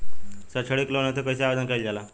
सैक्षणिक लोन हेतु कइसे आवेदन कइल जाला?